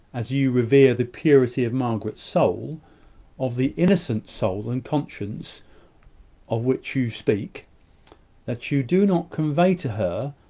as you revere the purity of margaret's soul of the innocent soul and conscience of which you speak that you do not convey to her,